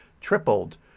tripled